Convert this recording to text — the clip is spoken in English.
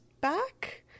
back